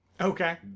Okay